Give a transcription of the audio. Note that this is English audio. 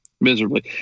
Miserably